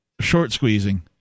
short-squeezing